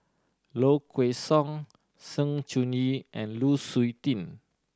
Low Kway Song Sng Choon Yee and Lu Suitin